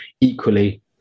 equally